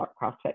CrossFit